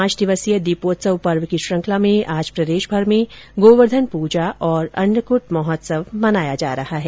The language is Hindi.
पांच दिवसीय दीपोत्सव पर्व की श्रृंखला में आज प्रदेशभर में गोवर्धन पूजा और अन्नकूट महोत्सव मनाया जा रहा है